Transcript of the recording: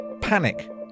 Panic